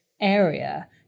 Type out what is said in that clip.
area